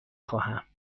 خواهم